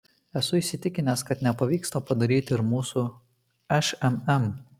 esu įsitikinęs kad nepavyks to padaryti ir mūsų šmm